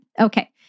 Okay